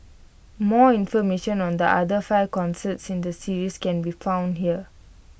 more information on the other five concerts in the series can be found here